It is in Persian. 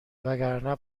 وگرنه